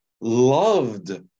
loved